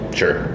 sure